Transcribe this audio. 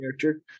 character